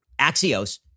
Axios